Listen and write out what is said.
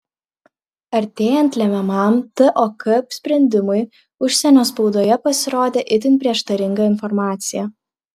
artėjant lemiamam tok sprendimui užsienio spaudoje pasirodė itin prieštaringa informacija